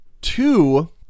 two